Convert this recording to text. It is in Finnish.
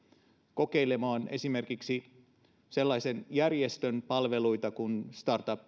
kokeilemaan esimerkiksi sellaisen järjestön palveluita kuin startup